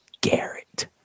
Garrett